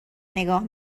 نگاه